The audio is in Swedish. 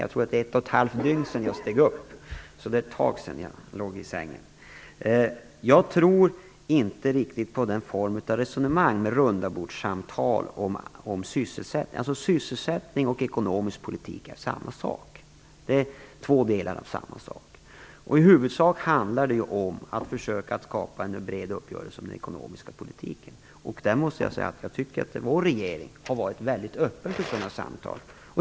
Jag tror att det är ett och ett halvt dygn sedan jag steg upp, så det är ett tag sedan jag låg i sängen. Jag tror inte riktigt på den formen av resonemang med rundabordssamtal. Sysselsättning och ekonomisk politik är två delar av samma sak. I huvudsak handlar det om att försöka att skapa en bred uppgörelse om den ekonomiska politiken. Jag tycker att vår regering har varit väldigt öppen för sådana samtal.